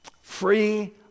Free